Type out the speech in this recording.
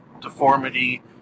deformity